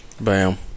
Bam